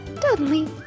Dudley